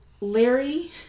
Larry